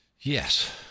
Yes